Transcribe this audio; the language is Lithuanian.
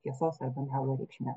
tiesos arba melo reikšme